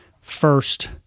first